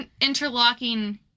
interlocking